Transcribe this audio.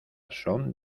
son